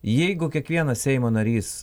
jeigu kiekvienas seimo narys